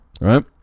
right